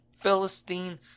Philistine